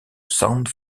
sound